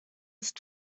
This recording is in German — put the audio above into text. ist